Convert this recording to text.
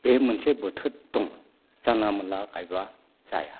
बे मोनसे बोथोर दं जानला मानला गायबा जाया